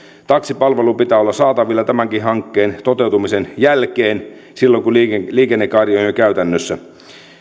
taksipalvelun pitää olla saatavilla tämänkin hankkeen toteutumisen jälkeen silloin kun liikennekaari on jo käytännössä